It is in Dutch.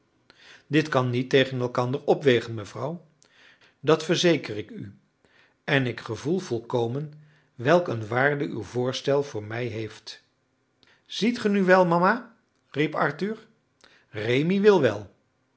dit kan niet tegen elkander opwegen mevrouw dat verzeker ik u en ik gevoel volkomen welk een waarde uw voorstel voor mij heeft ziet ge nu wel mama riep arthur rémi wil wel